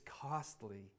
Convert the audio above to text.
costly